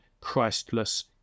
Christless